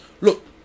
look